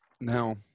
Now